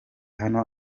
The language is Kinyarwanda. hano